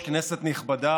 בלפור.